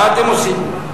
מה אתם עושים?